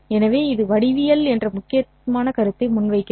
எனவே இது வடிவியல் என்ற முக்கியமான கருத்தை முன்வைக்கிறது